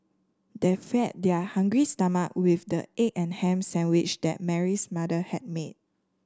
they fed their hungry stomach with the egg and ham sandwich that Mary's mother had made